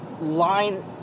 line